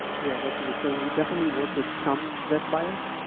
yeah, definitely. so, we definitely work with some debt buyers,